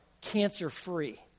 cancer-free